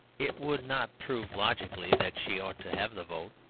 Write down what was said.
it would not prove logically that she ought to have the vote,